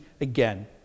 again